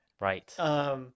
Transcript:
Right